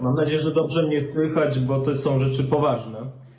Mam nadzieję, że dobrze mnie słychać, bo to są rzeczy poważne.